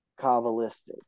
Kabbalistic